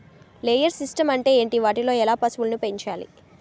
Layer systems అంటే ఏంటి? వాటిలో ఎలా పశువులను పెంచాలి?